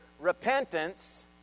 repentance